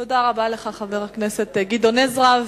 תודה רבה לך, חבר הכנסת גדעון עזרא.